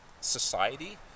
society